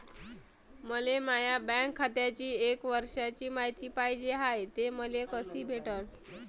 मले माया बँक खात्याची एक वर्षाची मायती पाहिजे हाय, ते मले कसी भेटनं?